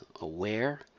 aware